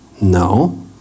No